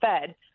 Fed